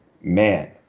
man